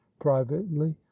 privately